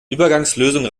übergangslösung